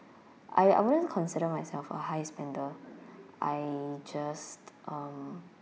I I wouldn't consider myself a high spender I just um